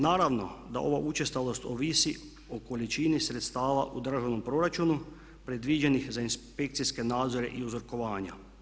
Naravno da ova učestalost ovisi o količini sredstava u državnom proračunu predviđenih za inspekcijske nadzore i uzrokovanja.